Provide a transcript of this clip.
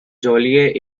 joliet